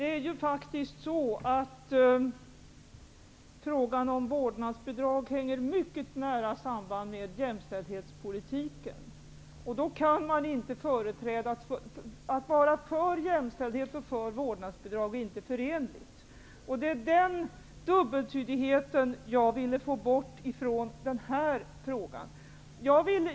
Fru talman! Frågan om vårdnadsbidrag hänger faktiskt mycket nära samman med jämställdhetspolitiken. Att vara för jämställdhet och för vårdnadsbidrag är inte förenligt. Det är den dubbeltydigheten som jag vill få bort från denna fråga.